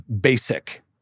basic